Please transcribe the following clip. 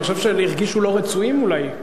אני חושב שהם הרגישו לא רצויים אולי.